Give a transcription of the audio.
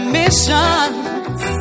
missions